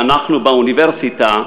ואנחנו באוניברסיטה,